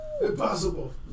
impossible